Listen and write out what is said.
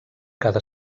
cada